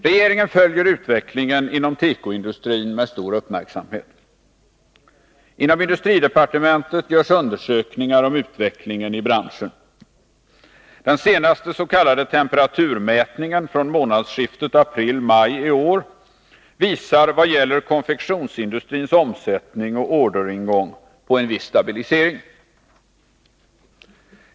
Regeringen följer utvecklingen inom tekoindustrin med stor uppmärksamhet. Inom industridepartementet görs undersökningar om utvecklingen i branschen. Den senaste s.k. temperaturmätningen från månadsskiftet april-maj i år visar i vad gäller konfektionsindustrins omsättning och orderingång på en viss stabilisering.